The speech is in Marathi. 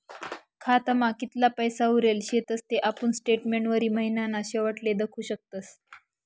खातामा कितला पैसा उरेल शेतस ते आपुन स्टेटमेंटवरी महिनाना शेवटले दखु शकतस